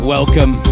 Welcome